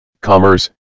Commerce